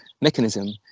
mechanism